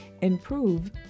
improve